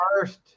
first –